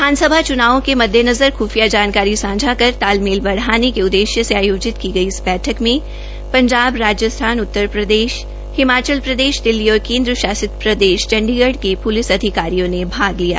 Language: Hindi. विधानसभा चनावों के मददेनजर खुफिया जानकारी सांझा कर तालमेल बढ़ाने के उददेश्य से आयोजित की गई इस बैठक में पंजाब राजस्थान उतर प्रदेश हिमाचल प्रदेश दिल्ली और केंद्र शासित प्रदेश चंडीगढ़ के पृलिस अधिकारियों ने भाग लिया